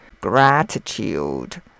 gratitude